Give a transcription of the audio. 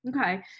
Okay